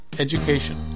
education